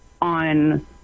on